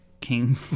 King